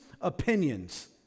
Opinions